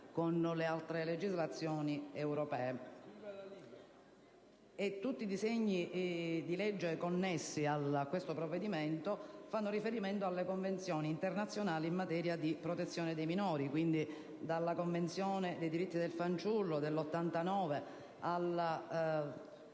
con altre legislazioni europee. Tutti i disegni di legge connessi a questo provvedimento fanno riferimento a convenzioni e a iniziative internazionali in materia di protezione dei minori: dalla Convenzione sui diritti del fanciullo del 1989, alla